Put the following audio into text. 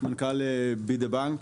מנכ"ל Be The Bank,